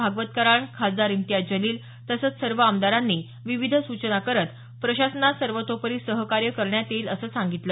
भागवत कराड खासदार इम्तियाज जलील तसंच सर्व आमदारांनी विविध सूचना करत प्रशासनास सर्वोतोपरी सहकार्य करण्यात येईल असं सांगितलं